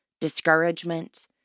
discouragement